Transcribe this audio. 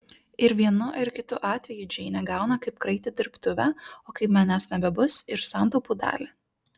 ir vienu ir kitu atveju džeinė gauna kaip kraitį dirbtuvę o kai manęs nebebus ir santaupų dalį